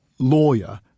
lawyer